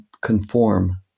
conform